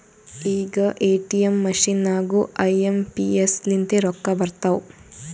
ಈಗ ATM machine ನಾಗೂ I M P S ಲಿಂತೆ ರೊಕ್ಕಾ ಬರ್ತಾವ್